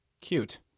Cute